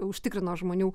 užtikrino žmonių